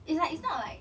it's like it's not like